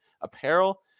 apparel